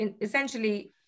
Essentially